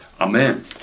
Amen